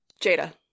Jada